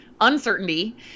Uncertainty